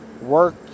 work